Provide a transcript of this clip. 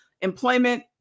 employment